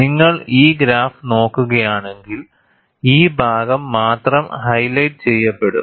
നിങ്ങൾ ഈ ഗ്രാഫ് നോക്കുകയാണെങ്കിൽ ഈ ഭാഗം മാത്രം ഹൈലൈറ്റ് ചെയ്യപ്പെടും